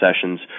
sessions